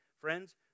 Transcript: Friends